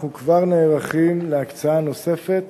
אנחנו כבר נערכים להקצאה נוספת